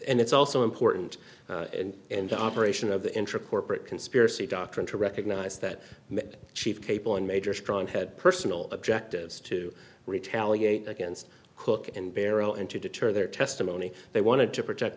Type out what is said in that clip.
and it's also important in the operation of the intro corporate conspiracy doctrine to recognize that that chief cable and major strong had personal objectives to retaliate against cook and barrel and to deter their testimony they wanted to protect